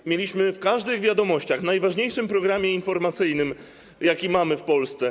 Co mieliśmy w każdych „Wiadomościach”, najważniejszym programie informacyjnym, jaki mamy w Polsce?